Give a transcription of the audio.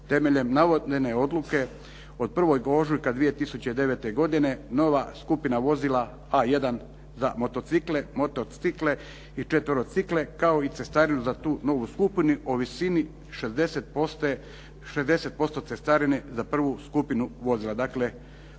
temeljen navedene odluke od 1. ožujka 2009. godine nova skupina vozila A1 za motocikle, tricikle i četverocikle kao i cestarinu za tu novu skupinu o visini 60% cestarine za prvu skupinu vozila.